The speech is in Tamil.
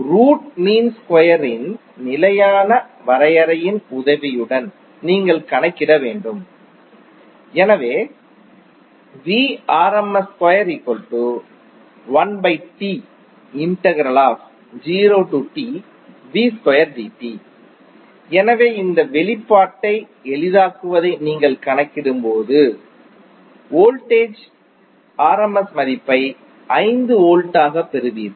ரூட் மீன் ஸ்கொயரின் நிலையான வரையறையின் உதவியுடன் நீங்கள் கணக்கிட வேண்டும் எனவே எனவே இந்த வெளிப்பாட்டை எளிதாக்குவதை நீங்கள் கணக்கிடும்போது வோல்டேஜின் rms மதிப்பை 5 வோல்ட்டாகப் பெறுவீர்கள்